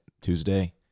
Tuesday